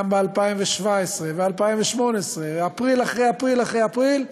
גם ב-2017 ו-2018 אפריל אחרי אפריל אחרי אפריל יעברו,